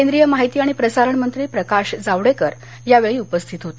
केंद्रीय माहिती आणि प्रसारण मंत्री प्रकाश जावडेकर यावेळी उपस्थित होते